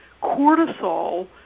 Cortisol